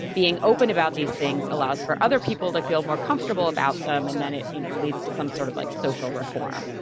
being open about these things allows for other people to feel more comfortable about them and then it you know leads to some sort of like social reform.